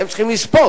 הם צריכים לספוג.